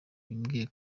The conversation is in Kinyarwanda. bimbwiye